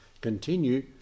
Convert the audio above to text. continue